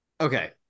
okay